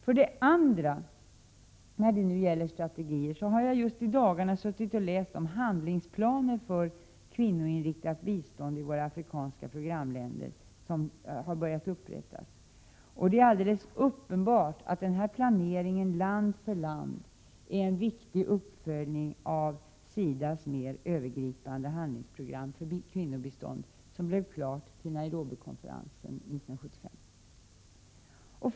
För det andra: När det gäller strategier har jag just i dagarna läst de handlingsplaner för kvinnoinriktat bistånd i våra afrikanska programländer som har börjat upprättas, och det är alldeles uppenbart att den här planeringen land för land är en viktig uppföljning av SIDA:s mera övergripande handlingsprogram för kvinnobistånd, som blev klart till Nairobikonferensen 1975.